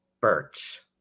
birch